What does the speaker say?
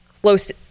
close